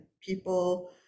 people